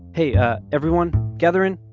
hey, ah. everyone? gather in.